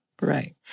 Right